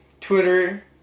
Twitter